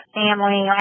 family